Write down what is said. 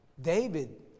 David